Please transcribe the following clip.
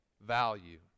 value